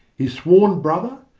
his sworn brother,